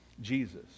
Jesus